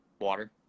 water